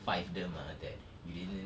five them ah that you didn't